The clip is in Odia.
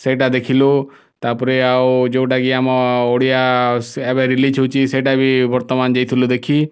ସେଇଟା ଦେଖିଲୁ ତା'ପରେ ଆଉ ଯେଉଁଟା କି ଆମ ଓଡ଼ିଆ ଏବେ ରିଲିଜ୍ ହେଉଛି ସେଇଟା ବି ବର୍ତ୍ତମାନ ଯାଇଥିଲୁ ଦେଖି